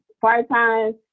part-time